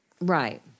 Right